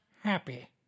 happy